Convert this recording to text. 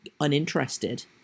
uninterested